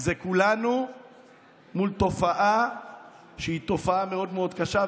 זה כולנו מול תופעה שהיא תופעה מאוד מאוד קשה.